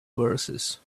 verses